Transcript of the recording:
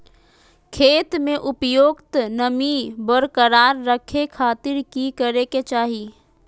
खेत में उपयुक्त नमी बरकरार रखे खातिर की करे के चाही?